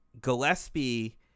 Gillespie